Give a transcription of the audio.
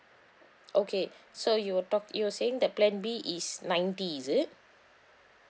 okay so you are talk you're saying that plan B is ninety is it